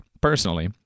personally